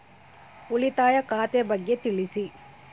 ಉಳಿತಾಯ ಖಾತೆ ಬಗ್ಗೆ ತಿಳಿಸಿ?